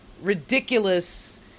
ridiculous